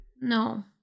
No